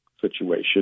situation